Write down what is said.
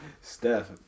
Steph